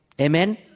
Amen